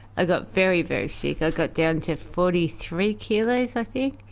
i got very, very sick. i got down to forty three kilos i think,